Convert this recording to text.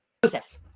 Process